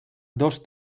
dos